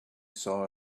saw